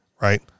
right